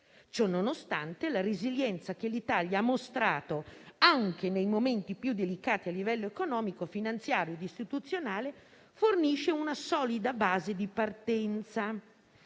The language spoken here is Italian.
Ciononostante, la resilienza che l'Italia ha mostrato anche nei momenti più delicati a livello economico, finanziario ed istituzionale fornisce una solida base di partenza